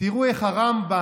תראו איך הרמב"ם,